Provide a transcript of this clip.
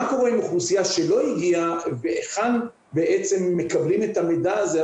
מה קורה עם אוכלוסייה שלא הגיעה והיכן מקבלים את המידע הזה?